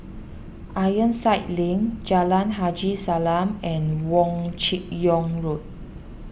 Ironside Link Jalan Haji Salam and Wong Chin Yoke Road